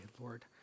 Lord